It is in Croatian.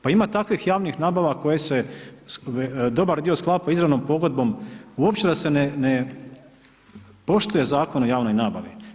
Pa ima takvih javnih nabava koje se dobar dio skapa izravnom pogodbom uopće da se ne poštuje Zakon o javnoj nabavi.